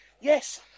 yes